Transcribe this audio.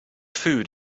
food